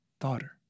daughter